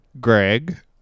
Greg